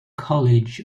college